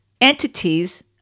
entities